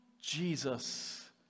Jesus